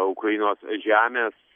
ukrainos žemės